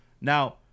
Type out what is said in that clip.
Now